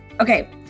Okay